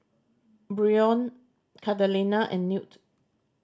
Brion Catalina and Newt